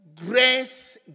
grace